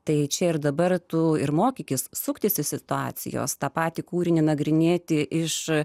tai čia ir dabar tu ir mokykis suktis iš situacijos tą patį kūrinį nagrinėti iš